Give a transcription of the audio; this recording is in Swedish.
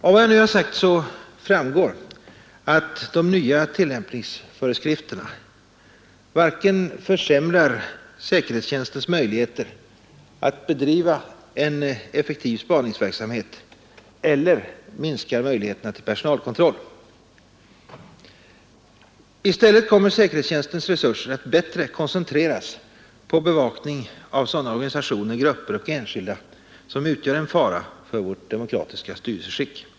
Av vad jag nu har sagt framgår att de nya tillämpningsföreskrifterna varken försämrar säkerhetstjänstens möjligheter att bedriva en effektiv spaningsverksamhet eller minskar möjligheterna till personalkontroll. I stället kommer säkerhetstjänstens resurser att bättre koncentreras på bevakning av sådana organisationer, grupper och enskilda som utgör en fara för vårt demokratiska styrelseskick.